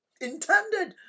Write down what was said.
intended